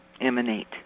Emanate